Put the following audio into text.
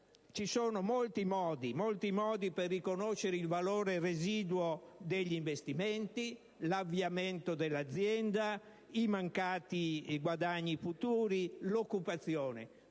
Ci sono molti modi per riconoscere il valore residuo degli investimenti, l'avviamento dell'azienda, i mancati guadagni futuri, l'occupazione.